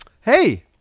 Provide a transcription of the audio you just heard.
Hey